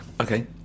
Okay